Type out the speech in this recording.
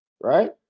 Right